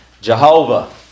Jehovah